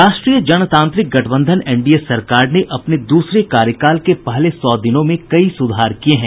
राष्ट्रीय जनतांत्रिक गठबंधन एनडीए सरकार ने अपने दूसरे कार्यकाल के पहले सौ दिनों में कई सुधार किए हैं